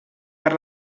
per